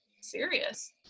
serious